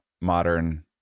modern